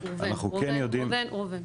אנחנו כן יודעים --- לא, ראובן, ראובן, ראובן.